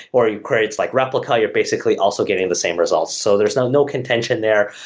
or you query its like replica, you're basically also getting the same results. so there's no no contention there.